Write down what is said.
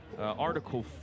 Article